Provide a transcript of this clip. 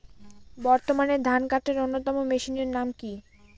বর্তমানে ধান কাটার অন্যতম মেশিনের নাম কি?